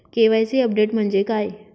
KYC update म्हणजे काय?